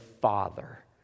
Father